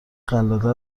قلاده